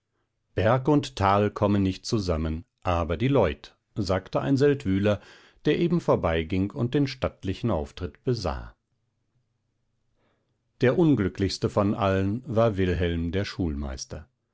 berg und tal kommen nicht zusammen aber die leut sagte ein seldwyler der eben vorbeiging und den stattlichen auftritt besah der unglücklichste von allen war wilhelm der schulmeister